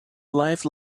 life